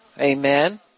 Amen